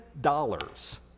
dollars